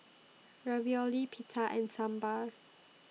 Ravioli Pita and Sambar